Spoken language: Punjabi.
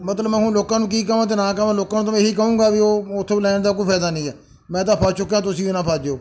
ਮਤਲਬ ਮੈਂ ਹੁਣ ਲੋਕਾਂ ਨੂੰ ਕੀ ਕਵਾਂ ਅਤੇ ਨਾ ਕਵਾਂ ਲੋਕਾਂ ਨੂੰ ਤਾਂ ਮੈਂ ਇਹੀ ਕਹਾਂਗਾ ਵੀ ਉਹ ਉੱਥੋਂ ਲੈਣ ਦਾ ਕੋਈ ਫਾਇਦਾ ਨਹੀਂ ਹੈ ਮੈਂ ਤਾਂ ਫਸ ਚੁੱਕਾ ਤੁਸੀਂ ਵੀ ਨਾ ਫਸ ਜਿਓ